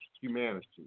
humanity